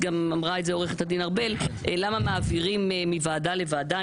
אמרה את זה גם עורכת הדין ארבל מעבירים מוועדה לוועדה.